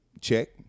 Check